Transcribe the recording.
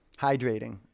hydrating